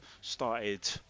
started